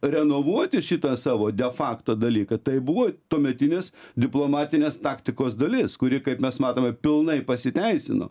renovuoti šitą savo defakto dalyką tai buvo tuometinės diplomatinės taktikos dalis kuri kaip mes matome pilnai pasiteisino